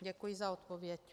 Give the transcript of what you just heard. Děkuji za odpověď.